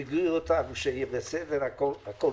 אמרו לנו שהכול יסתדר.